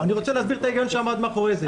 אני רוצה להסביר את ההיגיון שעמד מאחורי זה.